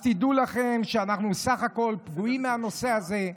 אז תדעו לכם שאנחנו בסך הכול פגועים מהנושא הזה,